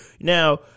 now